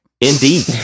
Indeed